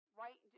right